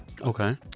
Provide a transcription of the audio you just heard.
Okay